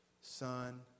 Son